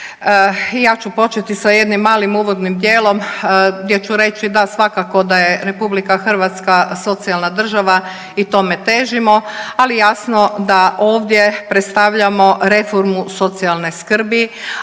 ja ću početi sa jednim malim uvodnim dijelom gdje ću reći da svakako da je RH socijalna država i tome težimo, ali jasno da ovdje predstavljamo reformu socijalne skrbi,